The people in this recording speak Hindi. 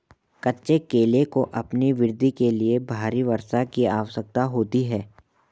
कच्चे केले को अपनी वृद्धि के लिए भारी वर्षा की आवश्यकता होती है